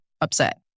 upset